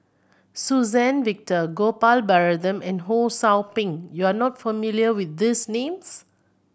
Suzann Victor Gopal Baratham and Ho Sou Ping you are not familiar with these names